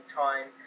time